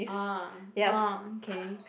ah ah okay